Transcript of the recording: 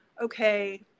okay